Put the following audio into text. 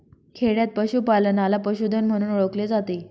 खेडयांत पशूपालनाला पशुधन म्हणून ओळखले जाते